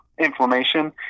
inflammation